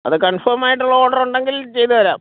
അത് കൺഫോം ആയിട്ടുള്ള ഓട്റ് ഉണ്ടെങ്കിൽ ചെയ്തു തരാം